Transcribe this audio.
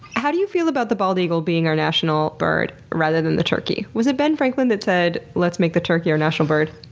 how do you feel about the bald eagle being our national bird rather than the turkey? was it ben franklin that said, let's make the turkey our national bird?